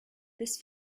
this